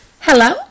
Hello